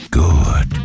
good